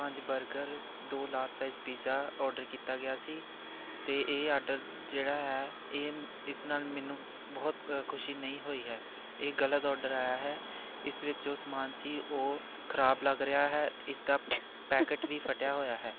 ਪੰਜ ਬਰਗਰ ਦੋ large size pizza order ਕੀਤਾ ਗਿਆ ਸੀ ਅਤੇ ਇਹ ਆਡਰ ਜਿਹੜਾ ਹੈ ਇਹ ਇਸ ਨਾਲ ਮੈਨੂੰ ਬਹੁਤ ਅ ਖੁਸ਼ੀ ਨਹੀਂ ਹੋਈ ਹੈ ਇਹ ਗਲਤ ਔਡਰ ਆਇਆ ਹੈ ਇਸ ਵਿੱਚ ਜੋ ਸਮਾਨ ਸੀ ਉਹ ਖ਼ਰਾਬ ਲੱਗ ਰਿਹਾ ਹੈ ਇਸਦਾ ਪੈਕਟ ਵੀ ਫਟਿਆ ਹੋਇਆ ਹੈ